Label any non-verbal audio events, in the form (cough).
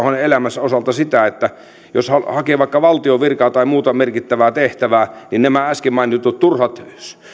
(unintelligible) hänen elämänsä osalta sitä että jos hakee vaikka valtion virkaa tai muuta merkittävää tehtävää niin nämä äsken mainitut turhat